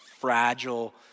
fragile